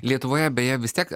lietuvoje beje vis tiek